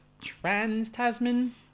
trans-Tasman